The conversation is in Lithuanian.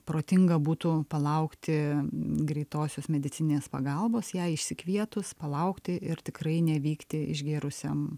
protinga būtų palaukti greitosios medicininės pagalbos jei išsikvietus palaukti ir tikrai nevykti išgėrusiam